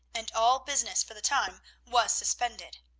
and all business for the time was suspended.